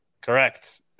Correct